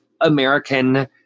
American